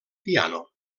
piano